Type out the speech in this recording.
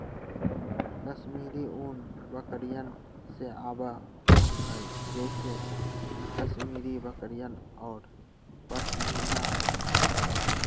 कश्मीरी ऊन बकरियन से आवा हई जैसे कश्मीरी बकरियन और पश्मीना बकरियन